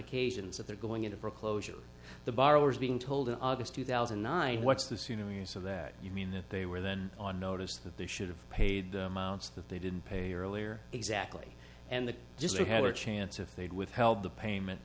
occasions that they're going into foreclosure the borrowers being told in august two thousand and nine what's the sooner you so that you mean they were then on notice that they should have paid the amounts that they didn't pay earlier exactly and the district had a chance if they'd withheld the payment